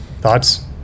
Thoughts